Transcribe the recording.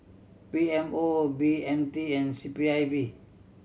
P M O B M T and C P I B